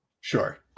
sure